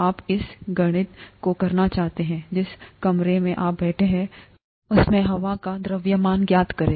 आप इस गणना को करना चाहते हैं जिस कमरे में आप बैठे हैं उसमें हवा का द्रव्यमान ज्ञात करें